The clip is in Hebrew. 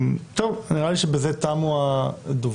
נראה לי שבזה תמו הדוברים.